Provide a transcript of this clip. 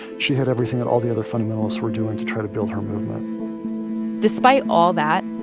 she had everything that all the other fundamentalists were doing to try to build her movement despite all that,